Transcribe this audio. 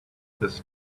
this